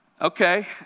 okay